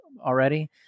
already